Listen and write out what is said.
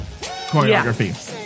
Choreography